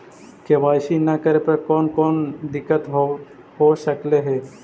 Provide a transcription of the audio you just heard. KYC न करे पर कौन कौन दिक्कत हो सकले हे?